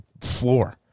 floor